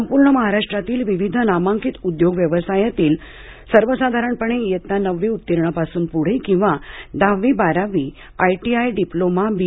संपूर्ण महाराष्ट्रातील विविध नामांकित उद्योग व्यवसायातील सर्वसाधारणपणे इयत्ता नववी उत्तीर्ण पासून पुढे किंवा दहावी बारावी आयटीआय डिप्लोमा बी